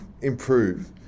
improve